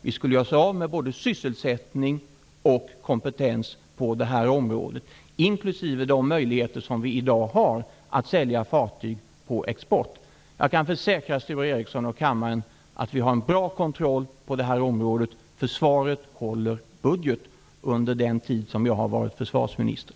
Vi skulle göra oss av med både sysselsättning och kompetens på det här området inklusive de möjligheter som vi i dag har att sälja fartyg på export. Jag kan försäkra Sture Ericson och kammaren att vi har en bra kontroll på det här området. Försvaret har hållit budgeten under den tid som jag har varit försvarsminister.